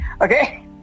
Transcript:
okay